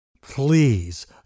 please